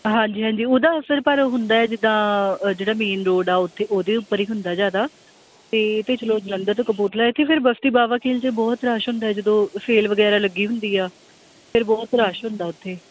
ਹਾਂਜੀ ਹਾਂਜੀ ਉਹਦਾ ਅਸਰ ਪਰ ਹੁੰਦਾ ਜਿੱਦਾਂ ਉਹ ਜਿਹੜਾ ਮੇਨ ਰੋਡ ਆ ਉੱਥੇ ਉਹਦੇ ਉੱਪਰ ਹੀ ਹੁੰਦਾ ਜ਼ਿਆਦਾ ਅਤੇ ਇਹ ਤਾਂ ਚਲੋ ਜਲੰਧਰ ਤੋਂ ਕਪੂਰਥਲਾ ਇੱਥੇ ਫਿਰ ਬਸਤੀ ਬਾਵਾ ਖੇਲ 'ਚ ਬਹੁਤ ਰਸ਼ ਹੁੰਦਾ ਜਦੋਂ ਸੇਲ ਵਗੈਰਾ ਲੱਗੀ ਹੁੰਦੀ ਆ ਫਿਰ ਬਹੁਤ ਰਸ਼ ਹੁੰਦਾ ਉੱਥੇ